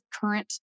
current